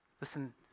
Listen